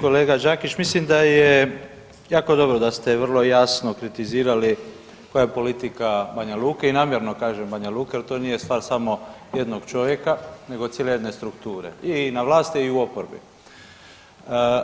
Kolega Đakić, mislim da je jako dobro da ste vrlo jasno kritizirali koja je politika Banja Luke i namjerno kažem Banja Luke jel to nije stvar samo jednog čovjeka nego cijele jedne strukture i na vlasti i u oporbi,